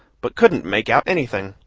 but couldn't make out anything.